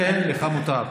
כן, לך מותר.